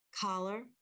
collar